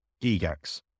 gigax